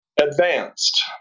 Advanced